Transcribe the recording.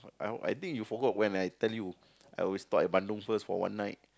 I I think you forgot when I tell I always stop at Bandung first for one night